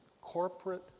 Corporate